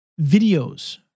videos